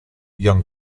young